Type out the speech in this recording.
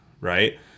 right